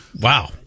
Wow